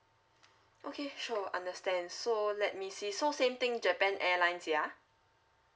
okay sure understand so let me see so same thing japan airlines yeah